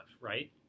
right